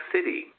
City